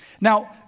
Now